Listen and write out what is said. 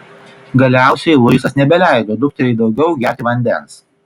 galiausiai luisas nebeleido dukteriai daugiau gerti vandens